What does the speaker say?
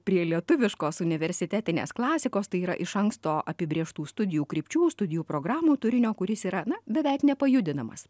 prie lietuviškos universitetinės klasikos tai yra iš anksto apibrėžtų studijų krypčių studijų programų turinio kuris yra na beveik nepajudinamas